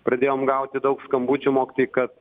pradėjom gauti daug skambučių mokytojai kad